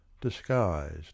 disguised